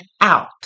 out